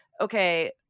okay